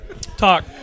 Talk